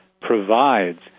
provides